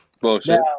Bullshit